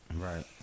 Right